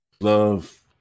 love